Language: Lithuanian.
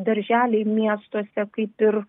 darželiai miestuose kaip ir